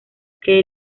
que